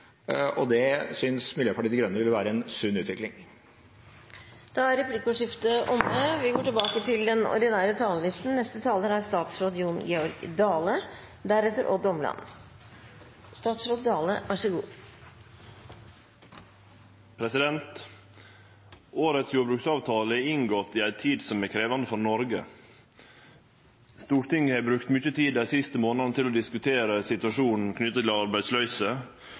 tilby. Det synes Miljøpartiet De Grønne ville være en sunn utvikling. Replikkordskiftet er omme. Årets jordbruksavtale er inngått i ei tid som er krevjande for Noreg. Stortinget har dei siste månadene brukt mykje tid på å diskutere situasjonen knytt til arbeidsløyse